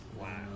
Wow